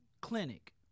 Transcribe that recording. clinic